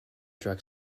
drug